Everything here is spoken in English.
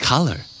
Color